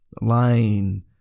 lying